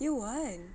year one